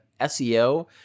SEO